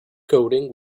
coding